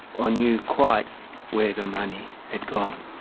or knew quite where the money had gone.